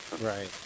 Right